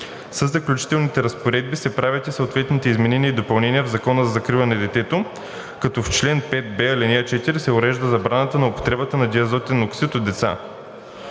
Със Заключителните разпоредби се правят и съответните изменения и допълнения в Закона за закрила на детето, като в чл. 5б, ал. 4 се урежда забрана на употребата на диазотен оксид от деца.